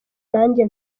nanjye